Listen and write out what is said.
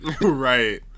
right